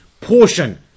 portion